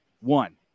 one